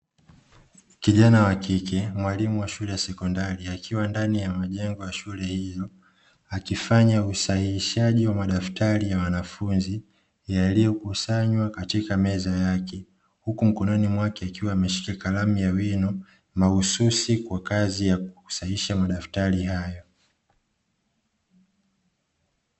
Kijana wa kike, mwalimu wa shule ya sekondari. Akiwa ndani ya majengo ya shule hiyo akifanya usahihishaji wa madaftari ya wanafunzi yaliyokusanywa katika meza yake, humu mkononi akiwa ameshika kalamu ya wino mahususi kwa kazi ya kusahihisha madaftari hayo.